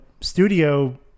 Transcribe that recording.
studio